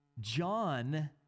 John